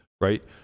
right